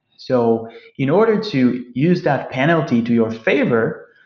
so in order to use that penalty to your favor,